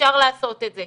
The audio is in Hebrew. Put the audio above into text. אפשר לעשות את זה.